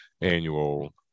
annual